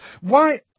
Why—